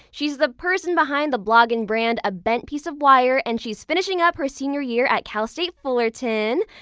she's the person behind the blog and brand a bent piece of wire and she's finishing up her senior year at cal state fullerton!